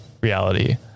reality